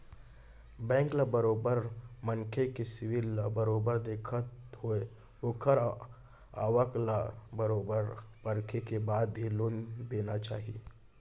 bank ल बरोबर मनसे के सिविल ल बरोबर देखत होय ओखर आवक ल बरोबर परखे के बाद ही लोन देना चाही